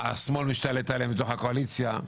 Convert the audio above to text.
השמאל השתלט עליהם בתוך הקואליציה.